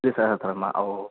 द्विसहस्रं वा हो